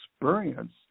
experience